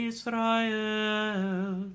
Israel